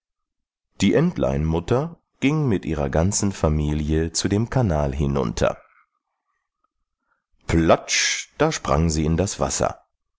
die entleinmutter ging mit ihrer ganzen familie zu dem kanal hinunter platsch da sprang sie in das wasser